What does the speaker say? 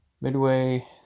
midway